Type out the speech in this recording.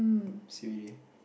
C_B_D